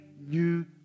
new